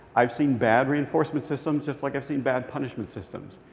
i've seen bad reinforcement systems just like i've seen bad punishment systems.